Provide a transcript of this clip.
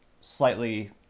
slightly